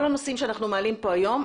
כל הנושאים שאנחנו מעלים כאן היום,